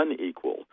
unequal